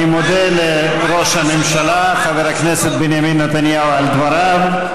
אני מודה לראש הממשלה חבר הכנסת בנימין נתניהו על דבריו.